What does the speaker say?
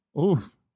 Oof